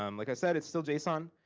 um like i said, it's still json.